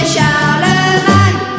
Charlemagne